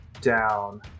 down